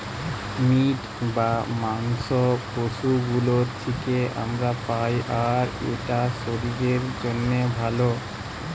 meet বা মাংস পশু গুলোর থিকে আমরা পাই আর এটা শরীরের জন্যে ভালো